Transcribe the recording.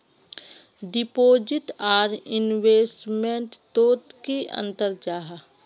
Deposit आर investment तोत की अंतर जाहा?